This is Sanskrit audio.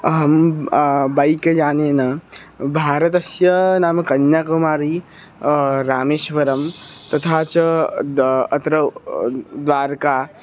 अहं बैक् यानेन भारतस्य नाम कन्याकुमारी रामेश्वरं तथा च च अत्र द्वारका